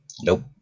nope